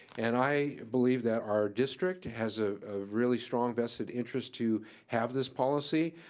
and i believe that our district has a really strong vested interest to have this policy.